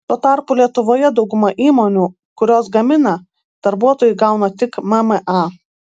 tuo tarpu lietuvoje dauguma įmonių kurios gamina darbuotojai gauna tik mma